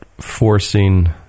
forcing